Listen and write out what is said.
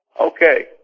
Okay